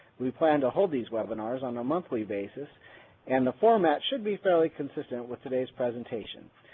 we plan to hold these webinars on a monthly basis and the format should be fairly consistent with today's presentation.